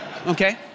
okay